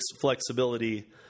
flexibility